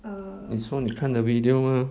你说你看 the video mah